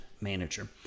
manager